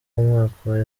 umwaka